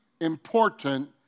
important